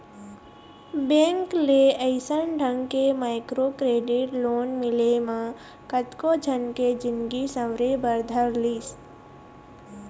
bank ले अइसन ढंग के माइक्रो क्रेडिट लोन मिले म कतको झन के जिनगी सँवरे बर धर लिस